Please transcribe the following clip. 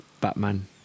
Batman